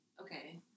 okay